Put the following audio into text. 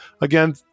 again